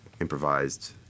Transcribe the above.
improvised